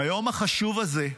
ביום החשוב הזה,